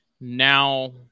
now